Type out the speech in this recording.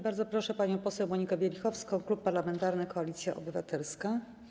Bardzo proszę panią poseł Monikę Wielichowską, Klub Parlamentarny Koalicja Obywatelska.